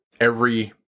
every-